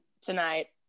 tonight